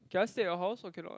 can I stay at your house or cannot